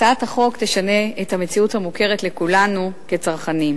הצעת החוק תשנה את המציאות המוכרת לכולנו כצרכנים.